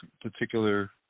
particular